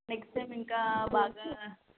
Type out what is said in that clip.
next time ఇంకా బాగా